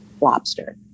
lobster